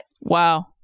Wow